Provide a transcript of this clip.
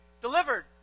Delivered